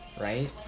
right